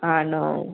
ആണോ